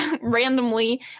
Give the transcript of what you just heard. randomly